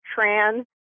trans